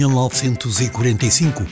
1945